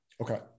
Okay